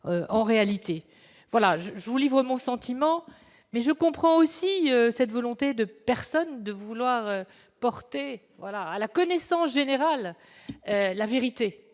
je vous livre mon sentiment, mais je comprends aussi cette volonté de personnes de vouloir porter voilà à la connaissance générale la vérité,